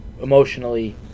emotionally